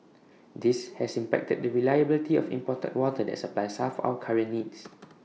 this has impacted the reliability of imported water that supplies half our current needs